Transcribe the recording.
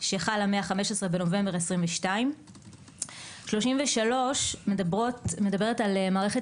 שחלה מה-15 בנובמבר 22'. 33 מדברת על מערכת